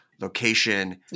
location